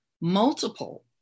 multiple